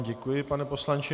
Děkuji vám, pane poslanče.